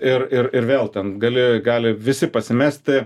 ir ir ir vėl ten gali gali visi pasimesti